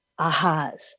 ahas